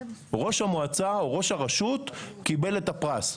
ראש המועצה או ראש הרשות קיבל את הפרס,